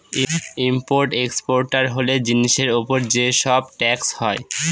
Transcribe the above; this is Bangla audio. ইম্পোর্ট এক্সপোর্টার হলে জিনিসের উপর যে সব ট্যাক্স হয়